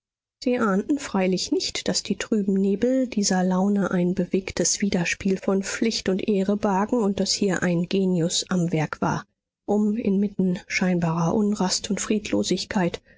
sie ahnten freilich nicht daß die trüben nebel dieser laune ein bewegtes widerspiel von pflicht und ehre bargen und daß hier ein genius am werk war um inmitten scheinbarer unrast und